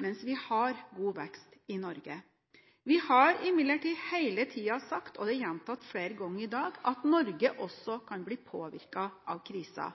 mens vi har god vekst i Norge. Vi har imidlertid hele tiden sagt – og det er gjentatt flere ganger i dag – at også Norge kan bli påvirket av kriser.